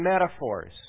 metaphors